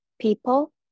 people